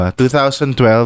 2012